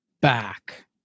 back